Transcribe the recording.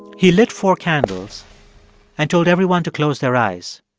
he lit four candles and told everyone to close their eyes.